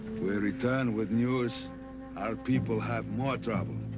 we return with news. our people have more trouble.